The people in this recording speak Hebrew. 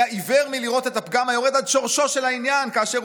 היה עיוור מלראות את הפגם היורד עד שורשו של העניין כאשר